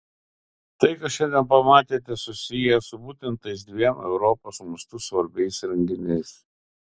tai ką šiandien pamatėte susiję su būtent tais dviem europos mastu svarbiais renginiais